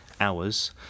hours